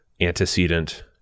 antecedent